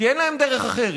כי אין להם דרך אחרת.